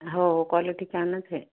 हो क्वालिटी छानंच आहे